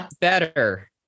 better